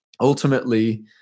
ultimately